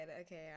okay